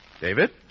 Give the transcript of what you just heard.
David